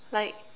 like